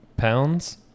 pounds